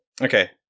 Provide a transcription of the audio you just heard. Okay